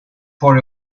for